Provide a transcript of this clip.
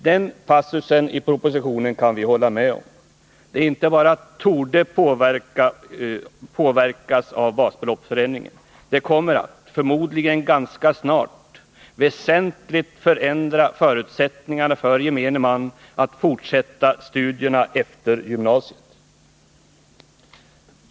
Den passusen i propositionen kan vi hålla med om. Studiemedlen inte bara ”torde” påverkas av basbeloppsförändringen — förmodligen kommer ganska snart förutsättningarna för gemene man att fortsätta studierna efter gymnasiet att väsentligt ändras.